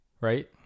right